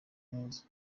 neza